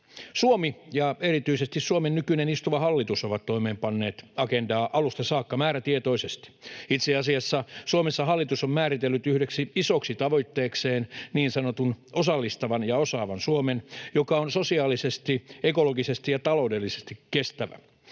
Suomi ja erityisesti Suomen nykyinen istuva hallitus ovat toimeenpanneet Agendaa alusta saakka määrätietoisesti. Itse asiassa Suomessa hallitus on määritellyt yhdeksi isoksi tavoitteekseen niin sanotun osallistavan ja osaavan Suomen, joka on sosiaalisesti, ekologisesti ja taloudellisesti kestävä,